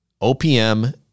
OPM